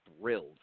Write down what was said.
thrilled